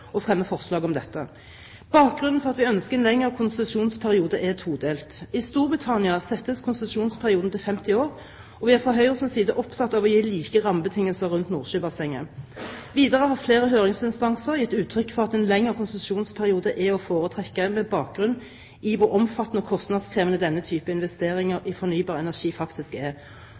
og fremmer forslag om dette. Bakgrunnen for at vi ønsker en lengre konsesjonsperiode, er todelt: I Storbritannia settes konsesjonsperioden til 50 år, og vi er fra Høyres side opptatt av å gi like rammebetingelser rundt Nordsjøbassenget. Videre har flere høringsinstanser gitt uttrykk for at en lengre konsesjonsperiode er å foretrekke med bakgrunn i hvor omfattende og kostnadskrevende denne type investeringer i fornybar energi faktisk er,